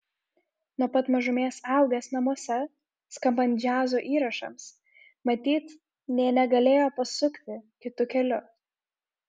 nuo pat mažumės augęs namuose skambant džiazo įrašams matyt nė negalėjo pasukti kitu keliu